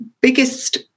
biggest